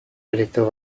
areto